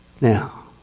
Now